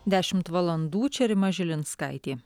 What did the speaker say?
dešimt valandų čia rima žilinskaitė